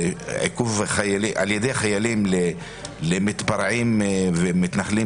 עיכוב על ידי חיילים למתפרעים ומתנחלים